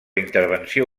intervenció